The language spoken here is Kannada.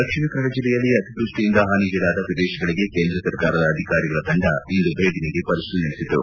ದಕ್ಷಿಣ ಕನ್ನಡ ಜಿಲ್ಲೆಯಲ್ಲಿ ಅತಿವೃಷ್ಟಿಯಿಂದ ಹಾನಿಗೀಡಾದ ಪ್ರದೇಶಗಳಿಗೆ ಕೇಂದ್ರ ಸರಕಾರದ ಅಧಿಕಾರಿಗಳ ತಂಡ ಇಂದು ಭೇಟಿ ನೀಡಿ ಪರಿಶೀಲನೆ ನಡೆಸಿತು